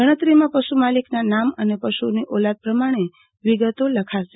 ગણતરીમાં પશુમાલિકના નામ અને પશુઓની ઓલાદ પ્રમાણે વિગતો લખાશે